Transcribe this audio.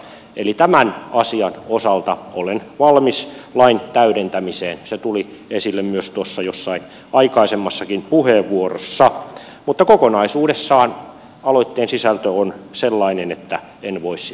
eli tämän asian osalta olen valmis lain täydentämiseen se tuli esille myös tuossa jossain aikaisemmassakin puheenvuorossa mutta kokonaisuudessaan aloitteen sisältö on sellainen että en voi sitä kannattaa